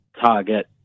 target